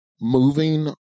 moving